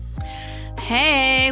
Hey